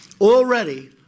Already